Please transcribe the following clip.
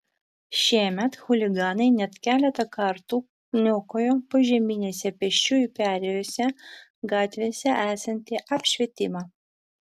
šiemet chuliganai net keletą kartų niokojo požeminėse pėsčiųjų perėjose gatvėse esantį apšvietimą